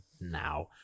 now